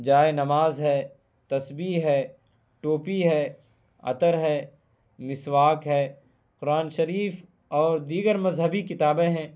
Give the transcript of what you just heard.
جائے نماز ہے تسبیح ہے ٹوپی ہے عطر ہے مسواک ہے قرآن شریف اور دیگر مذہبی کتابیں ہیں